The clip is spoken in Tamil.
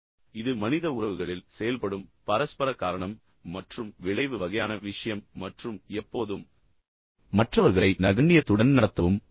எனவே இது மனித உறவுகளில் செயல்படும் பரஸ்பர காரணம் மற்றும் விளைவு வகையான விஷயம் மற்றும் எப்போதும் மற்றவர்களை நகண்ணியத்துடன் நடத்தவும்